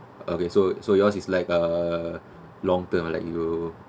okay so so yours is like a long term like you